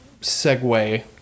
segue